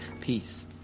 peace